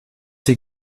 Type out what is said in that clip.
sie